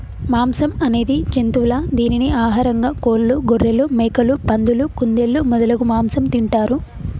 మాంసం అనేది జంతువుల దీనిని ఆహారంగా కోళ్లు, గొఱ్ఱెలు, మేకలు, పందులు, కుందేళ్లు మొదలగు మాంసం తింటారు